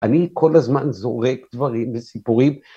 ‫אני כל הזמן זורק דברים וסיפורים.